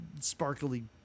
Sparkly